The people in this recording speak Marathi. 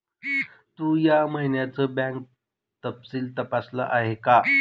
तू या महिन्याचं बँक तपशील तपासल आहे का?